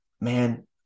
man